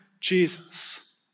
Jesus